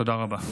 תודה רבה.